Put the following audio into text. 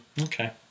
Okay